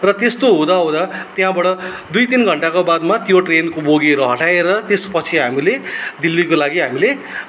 र त्यस्तो हुँदा हुँदा त्यहाँबाड दुई तिन घन्टाको बादमा त्यो ट्रेनको बगीहरू हटाएर त्यसपछि हामीले दिल्लीको लागि हामीले